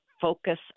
focus